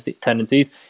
tendencies